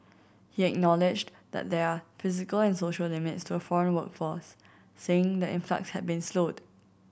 he acknowledged that there are physical and social limits to a foreign workforce saying the influx had been slowed